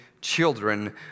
children